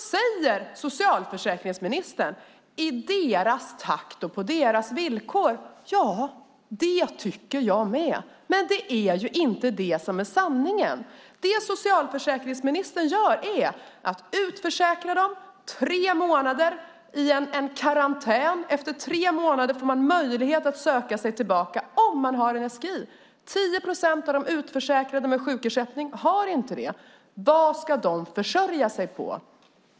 Socialförsäkringsministern talar om att det ska göras i deras takt och på deras villkor. Det tycker jag med, men det är inte sanningen. Socialförsäkringsministern utförsäkrar dem till tre månader i en karantän. Efter tre månader får man möjlighet att söka sig tillbaka om man har en SGI. 10 procent av de utförsäkrade med sjukersättning har inte det. Vad ska de försörja sig på?